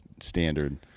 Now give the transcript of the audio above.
standard